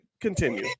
continue